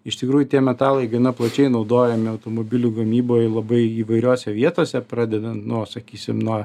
iš tikrųjų tie metalai gana plačiai naudojami automobilių gamyboj labai įvairiose vietose pradedant nuo sakysim nuo